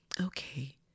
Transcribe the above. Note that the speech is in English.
Okay